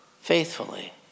faithfully